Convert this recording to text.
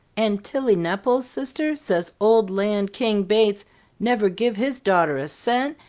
and tilly nepple's sister says old land king bates never give his daughter a cent,